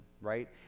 right